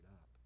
up